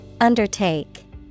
Undertake